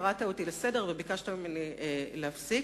קראת אותי לסדר וביקשת ממני להפסיק,